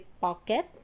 pocket